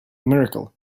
miracle